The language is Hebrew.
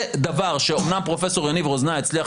זה דבר שאומנם פרופ' יניב רוזנאי הצליח